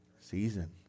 season